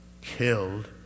killed